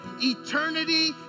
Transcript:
eternity